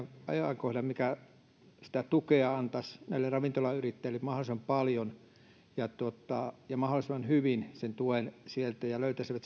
ajankohdan jotta sitä tukea annettaisiin näille ravintolayrittäjille mahdollisimman paljon ja mahdollisimman hyvin sieltä ja että löytäisivät